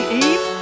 eve